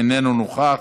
איננו נוכח,